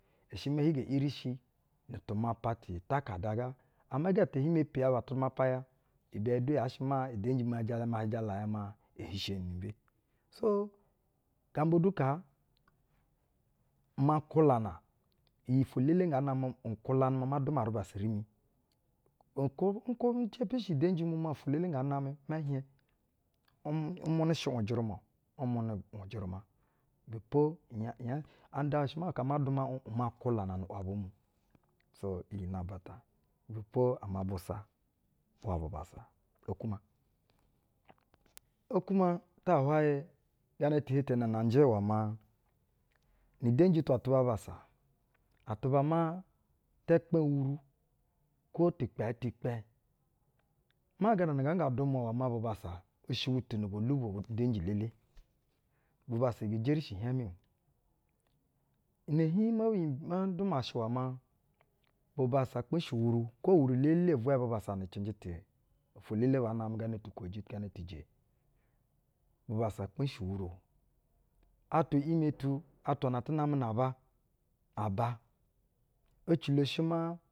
I shɛ maa hi ge iris hi nu tumapa tu utakada ga, ama igɛ tee hi mepi y aba tumapa, ibɛ du yaa shɛ maa udenji udenji ma hi jala ya maa ehi sheni ni mbe. Nu gana ata, gamba du kaa ima kulana, iyi ofwo-elele nga namɛ nkwulamɛ maa ma duma rubassa rimi- okwo nshepi shi udenji mu maa mɛ hieŋ-ujeruma. ibɛ po, nyɛ nyɛ, anda maa aka ama duma uŋ uma nkwulana nu-u’waba mu. Nu gana ata iyi inamba ta. Ibɛ po ama busa iwɛ bubassa, okwu ma. Okwuma tahwayɛ gana ti ehetene nɛ njɛ iwɛ maa, nu udenji tu atuba abassa, atuba maa tɛ kpɛ uwuru kwo ti kpɛ ɛɛ ti kpɛ? Maa, gana na nga nga dumwa iwɛ maa bubassa i shɛ butu na bo lubo udenji, we-elele bubassa jeri shi ihiɛŋmɛ ye-elele o. inɛ-ihiiŋ mo hi, ma duma shɛ-iwɛ maa, bubassa kpɛshi uwuru kwo uwuru elele vwɛ bubassa ni cɛnjɛ ti, ofwo elele baa namɛ gana tu-ukoji, ga ti ije o. Bubassa kpɛshɛ uwuru o. atwa i’imɛ tu, atwa na atunɛ namɛ na aba, aba ecilo shi maa.